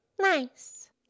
nice